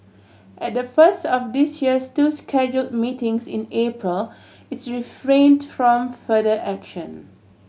at the first of this year's two schedule meetings in April it's refrain to from further action